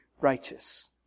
righteous